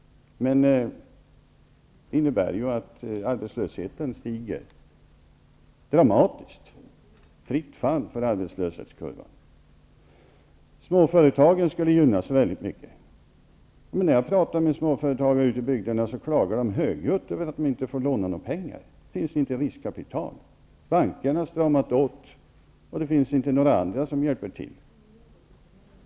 Men det innebär att arbetslösheten ökar dramatiskt. Det är fritt fram för arbetslöshetskurvorna. Småföretagen skulle gynnas väldigt mycket. Men när jag har talat med småföretagare har de klagat högljutt över att de inte får låna pengar. Det finns inget riskkapital. Bankerna har stramat åt, och det finns inga andra som hjälper till.